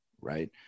right